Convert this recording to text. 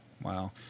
Wow